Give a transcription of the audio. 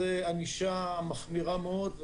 זו ענישה מחמירה מאוד,